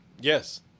yes